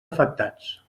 afectats